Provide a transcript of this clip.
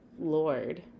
Lord